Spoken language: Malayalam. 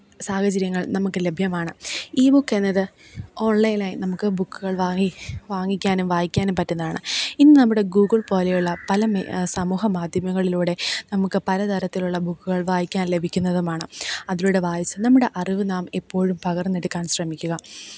സാഹചര്യങ്ങള് നമുക്ക് ലഭ്യമാണ് ഈ ബുക്കെന്നത് ഓണ്ലൈനായി നമുക്ക് ബുക്കുകള് വാങ്ങി വാങ്ങിക്കാനും വായിക്കാനും പറ്റുന്നതാണ് ഇന്ന് നമ്മുടെ ഗൂഗിള് പോലെയുള്ള പല സമൂഹമാധ്യമങ്ങളിലൂടെ നമുക്ക് പലതരത്തിലുള്ള ബുക്ക്കള് വായിക്കാന് ലഭിക്കുന്നതുമാണ് അതിലൂടെ വായിച്ച് നമ്മുടെ അറിവ് നാം എപ്പോഴും പകര്ന്നെടുക്കാന് ശ്രമിക്കുക